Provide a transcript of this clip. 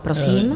Prosím.